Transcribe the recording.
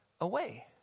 away